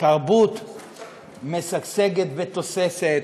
תרבות משגשגת ותוססת,